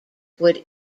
would